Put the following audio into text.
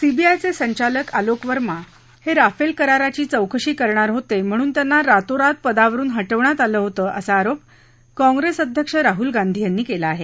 सीबीआयचे संचालक आलोक वर्मा हे राफेल कराराची चौकशी करणार होते म्हणून त्यांना रातोरात पदावरुन हटवण्यात आलं होतं असा आरोप काँग्रेस अध्यक्ष राहूल गांधी यांनी केला आहे